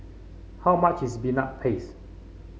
how much is Peanut Paste